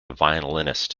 violinist